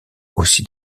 aussi